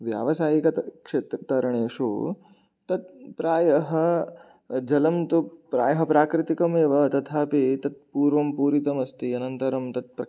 व्यावसायिक तरणेषु तत् प्रायः जलं तु प्रायः प्राकृतिकमेव तथापि तत्पूर्वं पूरितमस्ति अनन्तरं तत्र